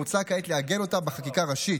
ומוצע כעת לעגן אותה בחקיקה ראשית.